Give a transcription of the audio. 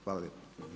Hvala lijepo.